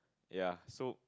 ya so